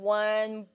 one-